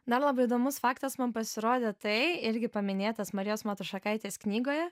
dar labai įdomus faktas man pasirodė tai irgi paminėtas marijos matušakaitės knygoje